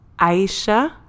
aisha